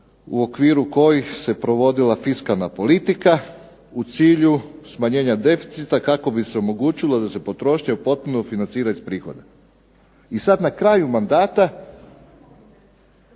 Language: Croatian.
u okviru kojih se provodila fiskalna politika u cilju smanjenja deficita kako bi se omogućilo da se potrošnja u potpunosti financira iz prihoda. I sad na kraju mandata